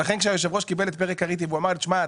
ולכן כשיושב הראש קיבל את פרק הריט ואמר לי שמע,